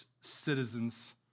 citizens